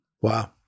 Wow